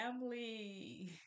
family